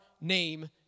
name